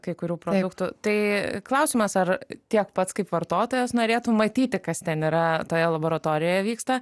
kai kurių produktų tai klausimas ar tiek pats kaip vartotojas norėtum matyti kas ten yra toje laboratorijoje vyksta